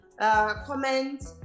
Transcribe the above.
comment